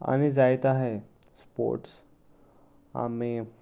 आनी जायत आसाय स्पोर्ट्स आमी